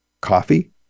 coffee